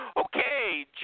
Okay